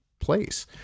place